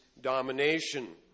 domination